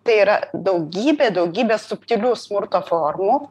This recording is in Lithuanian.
tai yra daugybė daugybė subtilių smurto formų